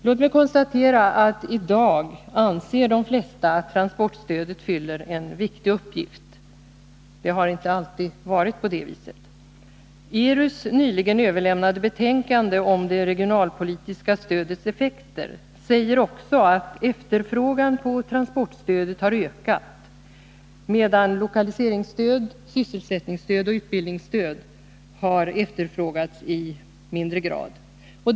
Låt mig konstatera att de flesta i dag anser att transportstödet fyller en viktig uppgift. Det har inte alltid varit på det viset. I ERN:s nyligen överlämnade betänkande om det regionalpolitiska stödets effekter sägs också att efterfrågan på transportstödet har ökat medan lokaliseringsstöd, sysselsättningsstöd och utbildningsstöd har efterfrågats i mindre grad.